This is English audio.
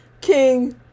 King